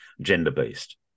gender-based